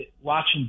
watching